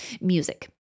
music